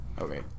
Okay